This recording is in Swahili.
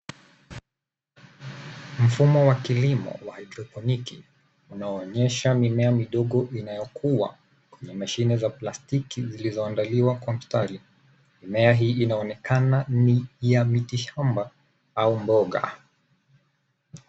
Mfumo wa kilimo wa haidroponiki unaonyesha mimea midogo inayokua na mashine za plastiki zilizoandaliwa kwa mstari . Mimea hii inaonekana ni ya miti shamba au mboga.